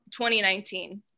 2019